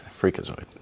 Freakazoid